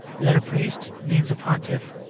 that a priest means a pontiff,